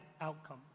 outcome